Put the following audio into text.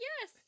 Yes